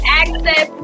access